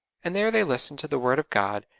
and there they listened to the word of god,